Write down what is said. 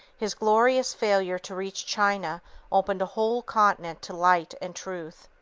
his glorious failure to reach china opened a whole continent to light and truth.